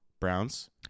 Browns